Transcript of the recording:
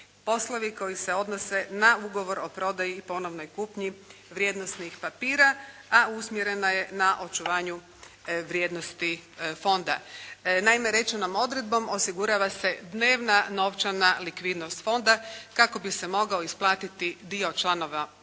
poslovi koji se odnose na Ugovor o prodaji i ponovnoj kupnji vrijednosnih papira, a usmjerena je na očuvanju vrijednosti Fonda. Naime, rečenom odredbom osigurava se dnevna novčana likvidnost fonda kako bi se mogao isplatiti dio članova